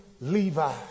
Levi